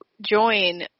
join